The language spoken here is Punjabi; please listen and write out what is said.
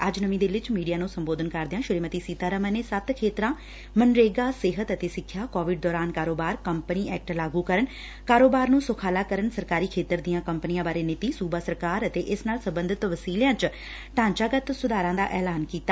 ਅੱਜ ਨਵੀ ਦਿੱਲੀ 'ਚ ਮੀਡੀਆ ਨੂੰ ਸੰਬੋਧਨ ਕਰਦਿਆਂ ਸ਼੍ਰੀਮਤੀ ਸੀਤਾਰਮਨ ਨੇ ਸੱਤ ਖੇਤਰਾਂ ਮਨਰੇਗਾ ਸਿਹਤ ਅਤੇ ਸਿੱਖਿਆ ਕੋਵਿਡ ਦੌਰਾਨ ਕਾਰੋਬਾਰ ਕੰਪਨੀ ਐਕਟ ਲਾਗੂ ਕਰਨ ਕਾਰੋਬਾਰ ਨੂੰ ਸੁਖਾਲਾ ਕਰਨ ਸਰਕਾਰੀ ਖੇਤਰ ਦੀਆਂ ਕੰਪਨੀਆਂ ਬਾਰੇ ਨੀਤੀ ਸੁਬਾ ਸਰਕਾਰ ਅਤੇ ਇਸ ਨਾਲ ਸਬੰਧਤ ਵਸੀਲਿਆਂ 'ਚ ਢਾਂਚਾਗਤ ਸੁਧਾਰਾਂ ਦਾ ਐਲਾਨ ਕੀਤਾ